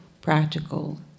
practical